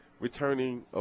returning